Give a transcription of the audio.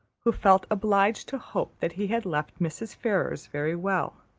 who felt obliged to hope that he had left mrs. ferrars very well.